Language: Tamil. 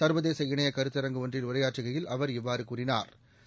சா்வதேச இணைய கருத்தரங்கு ஒன்றில் உரையாற்றுகையில் அவா் இவ்வாறு கூறினாா்